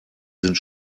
sind